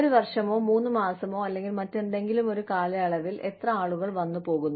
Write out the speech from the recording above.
ഒരു വർഷമോ മൂന്ന് മാസമോ അല്ലെങ്കിൽ മറ്റെന്തെങ്കിലുമൊരു കാലയളവിൽ എത്ര ആളുകൾ വന്നു പോകുന്നു